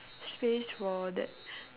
space for that